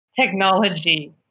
technology